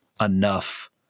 enough